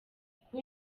kuba